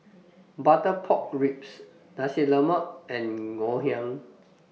Butter Pork Ribs Nasi Lemak and Ngoh Hiang